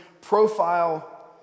Profile